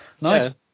Nice